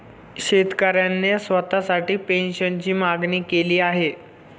शेतकऱ्याने स्वतःसाठी पेन्शनची मागणी केली आहे